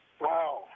Wow